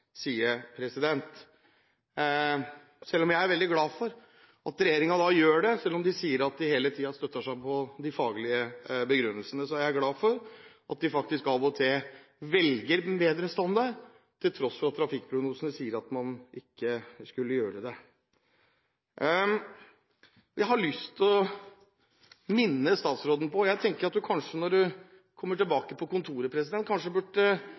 sier at de hele tiden støtter seg på de faglige begrunnelsene. Jeg er glad for at de faktisk av og til velger en bedre standard til tross for at trafikkprognosene sier at man ikke skulle gjøre det. Jeg har lyst til å minne statsråden om noe – jeg tenkte at når du kommer tilbake på kontoret, burde du kanskje